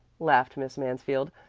laughed miss mansfield.